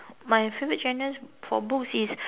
my favourite genres for books is